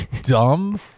dumb